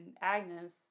Agnes